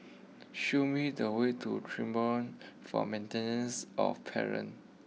show me the way to Tribunal for Maintenance of Parents